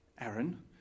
Aaron